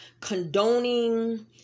condoning